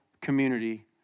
community